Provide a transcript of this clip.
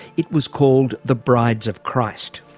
it was called the brides of christ.